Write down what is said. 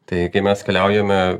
tai kai mes keliaujame